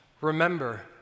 remember